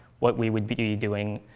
what we would be doing,